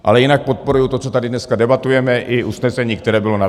Ale jinak podporuji to, co tady dneska debatujeme, i usnesení, které bylo navrženo.